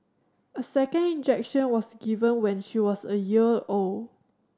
a second injection was given when she was a year old